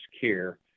care